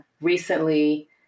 recently